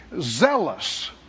zealous